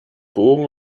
bogen